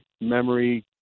memory